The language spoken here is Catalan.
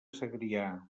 segrià